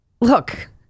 Look